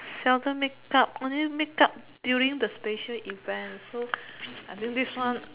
seldom make up only make up during the special event so I think this one